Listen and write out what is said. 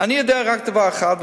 אני יודע רק דבר אחד,